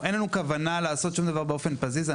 אין לנו כוונה לעשות שום דבר באופן פזיז.